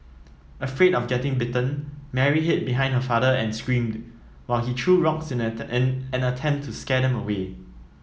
afraid of getting bitten Mary hid behind her father and screamed while he threw rocks in an attempt to scare them away